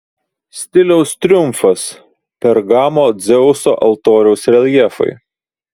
stiliaus triumfas pergamo dzeuso altoriaus reljefai